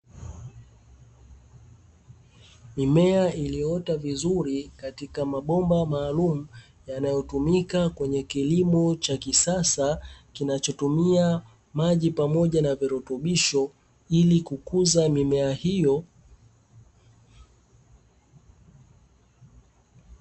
Mimea iliyoota vizuri katika mabomba maalumu, yanayotumika kwenye kilimo cha kisasa, kinachotumia maji pamoja na virutubisho ili kukuza mimea hiyo.